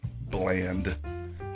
bland